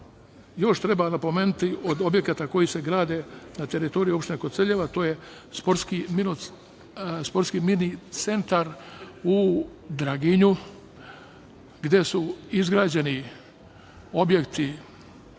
još treba napomenuti, od objekata koji se grade na teritoriji opštine Koceljeva to je sportski mini centar u Draginju, gde su izgrađeni objekti